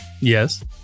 Yes